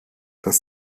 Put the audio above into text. das